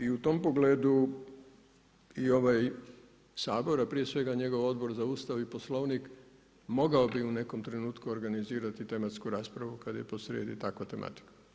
I u tom pogledu i ovaj Sabor, a prije svega njegov Odbor za Ustav i Poslovnik mogao bi u nekom trenutku organizirati tematsku raspravu kad je posrijedi takva tematika.